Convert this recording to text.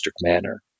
manner